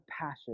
passion